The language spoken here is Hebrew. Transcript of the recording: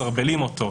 מסרבלים אותו,